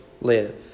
live